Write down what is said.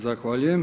Zahvaljujem.